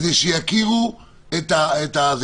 כדי שיכירו אתכם.